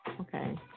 Okay